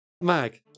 Mag